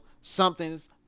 something's